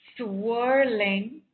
swirling